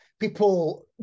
people